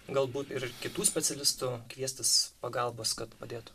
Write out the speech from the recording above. galbūt ir kitų specialistų kviestis pagalbos kad padėtų